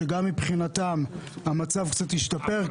שגם מבחינתם המצב קצת השתפר,